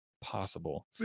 possible